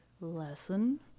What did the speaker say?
lesson